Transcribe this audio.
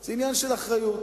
זה עניין של אחריות,